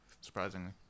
surprisingly